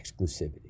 exclusivity